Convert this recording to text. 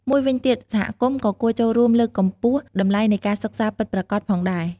មួយវិញទៀតសហគមន៍ក៏គួរចូលរួមលើកកម្ពស់តម្លៃនៃការសិក្សាពិតប្រាកដផងដែរ។